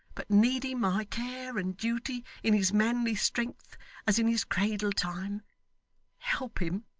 but needing my care and duty in his manly strength as in his cradle-time help him,